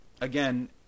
Again